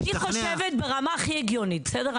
אין בעיה, אני חושבת ברמה הכי הגיונית, בסדר?